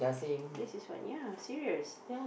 this is what ya serious